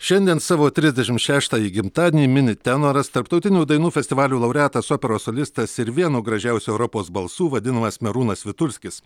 šiandien savo trisdešimt šeštąjį gimtadienį mini tenoras tarptautinių dainų festivalių laureatas operos solistas ir vienu gražiausių europos balsu vadinamas merūnas vitulskis